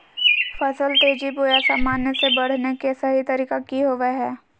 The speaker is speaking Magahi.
फसल तेजी बोया सामान्य से बढने के सहि तरीका कि होवय हैय?